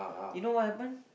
you know what happen